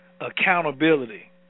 accountability